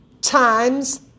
times